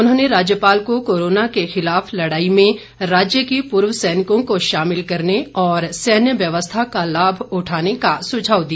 उन्होंने राज्यपाल को कोरोना के खिलाफ लड़ाई में राज्य के पूर्व सैनिकों को शामिल करने और सैन्य व्यवस्था का लाभ उठाने का सुझाव दिया